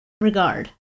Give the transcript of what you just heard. regard